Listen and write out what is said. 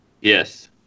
Yes